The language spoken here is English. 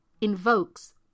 invokes